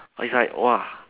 it's like !wah!